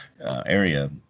area